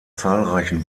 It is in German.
zahlreichen